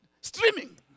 Streaming